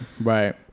right